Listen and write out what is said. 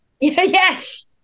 Yes